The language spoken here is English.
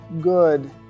good